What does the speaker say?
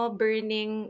burning